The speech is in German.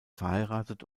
verheiratet